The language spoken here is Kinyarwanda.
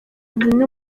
bimwe